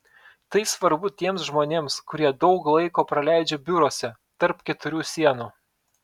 tai svarbu tiems žmonėms kurie daug laiko praleidžia biuruose tarp keturių sienų